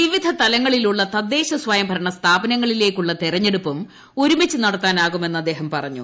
വിവിധ തലങ്ങളിലുള്ള തദ്ദേശസ്വയം ഭരണ സ്ഥാപനങ്ങളിലേക്കുള്ള തെരഞ്ഞെടുപ്പും ഒരുമിച്ച് നടത്താനാകുമെന്ന് അദ്ദേഹം പറഞ്ഞു